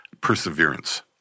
perseverance